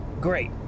Great